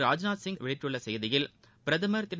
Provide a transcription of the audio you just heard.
ராஜ்நாத் சிங் வெளியிட்டுள்ள செய்தியில் பிரதமா் திரு